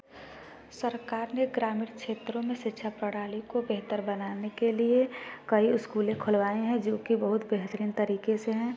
सरकार ने ग्रामीण क्षेत्रों में शिक्षा प्रणाली को बेहतर बनाने के लिए कई उस्कूले खुलवाए हैं जो कि बहुत बेहतरीन तरीके से हैं